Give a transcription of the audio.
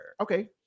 Okay